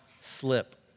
slip